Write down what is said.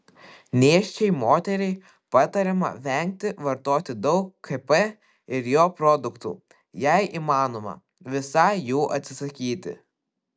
nėščiai moteriai patariama vengti vartoti daug kp ir jo produktų jei įmanoma visai jų atsisakyti